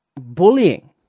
bullying